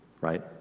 right